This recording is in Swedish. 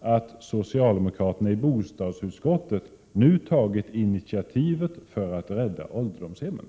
att socialdemokraterna i bostadsutskottet nu tagit initiativet för att rädda ålderdomshemmen.